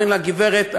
ואומרים לה: גברת,